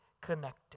connected